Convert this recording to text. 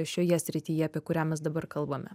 šioje srityje apie kurią mes dabar kalbame